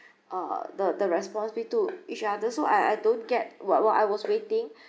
uh the the responsibility to each other so I I don't get what what I was waiting